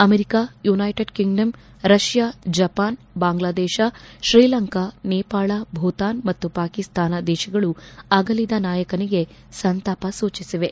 America United Kingdom Russia Japan Bangladesh Sri Lanka Nepal Bhutan ಮತ್ತು ಪಾಕಿಸ್ತಾನ ದೇಶಗಳು ಅಗಲಿದ ನಾಯಕನಿಗೆ ಸಂತಾಪ ಸೂಚಿಸಿವೆ